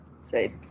say